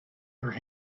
her